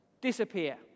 disappear